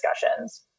discussions